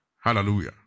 Hallelujah